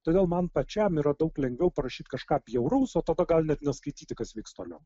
todėl man pačiam yra daug lengviau parašyt kažką bjauraus o tada gal net neskaityti kas vyks toliau